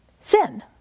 sin